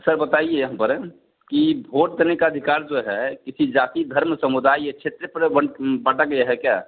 sir बताइए यहाँ पर की भोट देनेका अधिकार जो है किसी जाती धर्म समुदाय या क्षेत्र है क्या